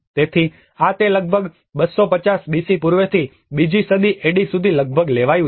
તેથી આ તે લગભગ 250 બીસી પૂર્વેથી બીજી સદી એડી સુધી લગભગ લેવાયું છે